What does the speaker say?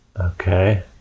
Okay